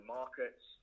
markets